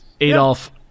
Adolf